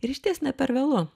ir išties ne per vėlu